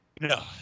No